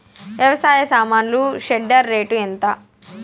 వ్యవసాయ సామాన్లు shredder rate ఎంత?